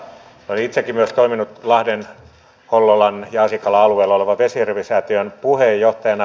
olen itsekin toiminut lahden hollolan ja asikkalan alueella olevan vesijärvi säätiön puheenjohtajana